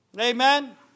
Amen